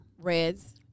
reds